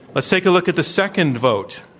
let's take a look at the second vote.